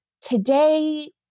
today